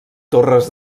torres